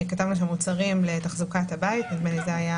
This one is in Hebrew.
כתבנו שמוצרים לתחזוקת הבית, נדמה לי שזה היה